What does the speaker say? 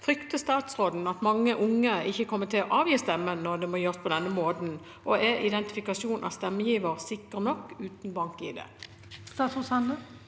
Frykter statsråden at mange unge ikke kommer til å avgi stemme når det må gjøres på denne måten, og er identifikasjon av stemmegiver sikker nok uten bankID?»